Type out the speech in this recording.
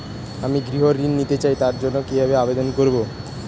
আমি গৃহ ঋণ নিতে চাই তার জন্য কিভাবে আবেদন করব?